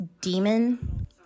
demon